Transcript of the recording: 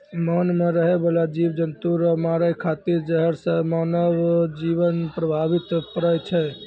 मान मे रहै बाला जिव जन्तु रो मारै खातिर जहर से मानव जिवन प्रभावित पड़ै छै